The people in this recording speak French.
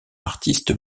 artiste